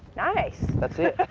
nice. that's it.